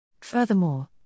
Furthermore